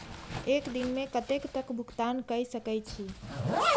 एक दिन में कतेक तक भुगतान कै सके छी